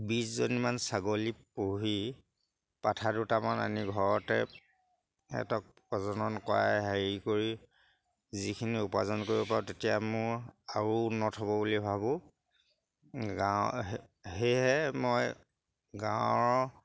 বিছজনীমান ছাগলী পুহি পাঠা দুটামান আনি ঘৰতে সেহেঁতক প্ৰজনন কৰাই হেৰি কৰি যিখিনি উপাৰ্জন কৰিব পাৰোঁ তেতিয়া মোৰ আৰু উন্নত হ'ব বুলি ভাবোঁ গাঁও সেয়েহে মই গাঁৱৰ